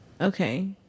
Okay